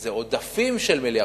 זה עודפים של 1.5 מיליארד,